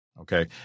Okay